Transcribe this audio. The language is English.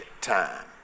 time